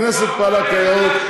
הכנסת פעלה כיאות.